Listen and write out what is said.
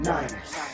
Niners